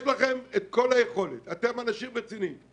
יש לכם את כל היכולות, אתם אנשים רציניים.